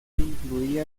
incluía